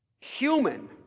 human